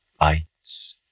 Lights